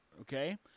Okay